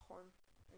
נכון.